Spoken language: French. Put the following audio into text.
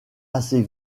assez